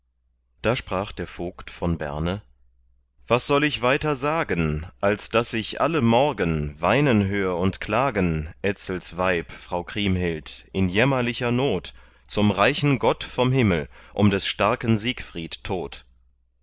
da sprach der vogt von berne was soll ich weiter sagen als daß ich alle morgen weinen hör und klagen etzels weib frau kriemhild in jämmerlicher not zum reichen gott vom himmel um des starken siegfried tod